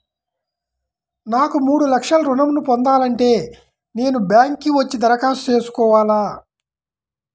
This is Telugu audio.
నాకు మూడు లక్షలు ఋణం ను పొందాలంటే నేను బ్యాంక్కి వచ్చి దరఖాస్తు చేసుకోవాలా?